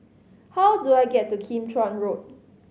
how do I get to Kim Chuan Road